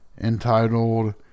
entitled